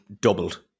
doubled